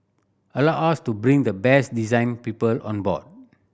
allowed us to bring the best design people on board